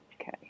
okay